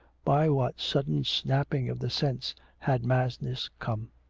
by what sudden snapping of the sense had madness come?